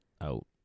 out